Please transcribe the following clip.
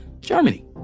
Germany